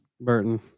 Burton